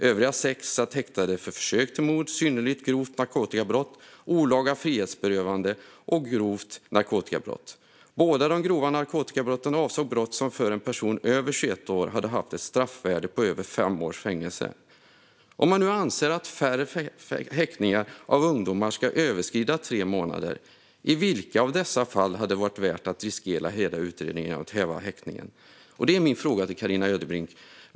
Övriga sex satt häktade för försök till mord, synnerligen grovt narkotikabrott, olaga frihetsberövande och grovt narkotikabrott . Båda de grova narkotikabrotten avsåg brott som för en person över 21 år hade haft ett straffvärde på över fem års fängelse. Om man nu anser att färre häktningar av ungdomar ska överskrida tre månader - i vilka av dessa fall hade det varit värt att riskera hela utredningen genom att häva häktningen?" Det är min fråga till Carina Ödebrink.